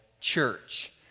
church